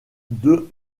deux